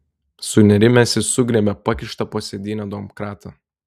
sunerimęs jis sugriebė pakištą po sėdyne domkratą